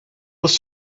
was